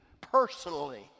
personally